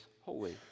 holy